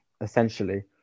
essentially